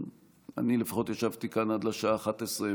אני לפחות ישבתי כאן עד לשעה 23:00,